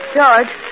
George